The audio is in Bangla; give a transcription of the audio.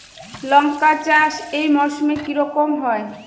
লঙ্কা চাষ এই মরসুমে কি রকম হয়?